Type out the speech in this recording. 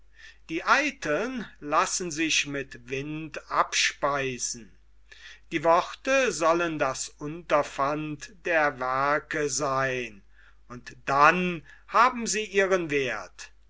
die eiteln lassen sich mit wind abspeisen die worte sollen das unterpfand der werke seyn und dann haben sie ihren werth